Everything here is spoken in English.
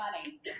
money